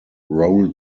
role